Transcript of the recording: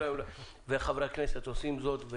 וחברי הכנסת עושים זאת.